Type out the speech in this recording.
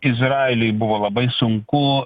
izraeliui buvo labai sunku